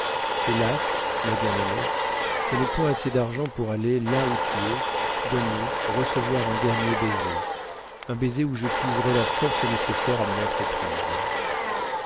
hélas ma bien-aimée je n'ai point assez d'argent pour aller où tu es donner recevoir un dernier baiser un baiser où je puiserais la force nécessaire à mon entreprise